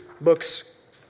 books